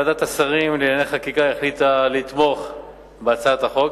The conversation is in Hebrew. ועדת השרים לענייני חקיקה החליטה לתמוך בהצעת החוק,